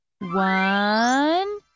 One